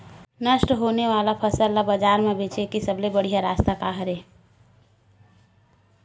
नष्ट होने वाला फसल ला बाजार मा बेचे के सबले बढ़िया रास्ता का हरे?